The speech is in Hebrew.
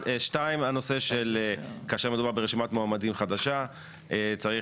2. הנושא של כאשר מדובר ברשימת מועמדים חדשה צריך,